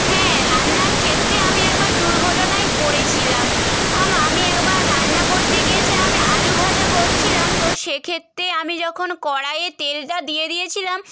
হ্যাঁ রান্নার ক্ষেত্রে আমি একবার দুর্ঘটনায় পড়েছিলাম আম আমি একবার রান্না করতে গিয়েছি আমি আলু ভাজা করছিলাম তো সেক্ষেত্রে আমি যখন কড়াইয়ে তেলটা দিয়ে দিয়েছিলাম